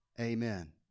Amen